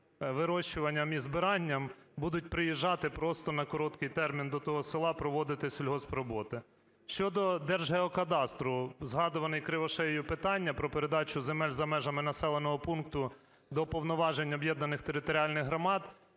вирощуванням і збиранням, будуть приїжджати просто на короткий термін до того села, проводити сільгоспроботи. Щодо Держгеокадастру. Згадуване Кривошеєю питання про передачу земель за межами населеного пункту до повноважень об'єднаних територіальних громад